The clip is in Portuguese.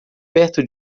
perto